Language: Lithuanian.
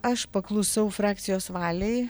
aš paklusau frakcijos valiai